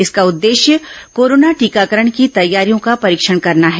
इसका उद्देश्य कोरोना टीकाकरण की तैयारियों का परीक्षण करना है